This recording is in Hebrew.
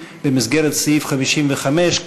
במסגרת סעיף 55,